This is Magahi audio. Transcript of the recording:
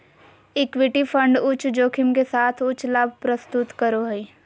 इक्विटी फंड उच्च जोखिम के साथ उच्च लाभ प्रस्तुत करो हइ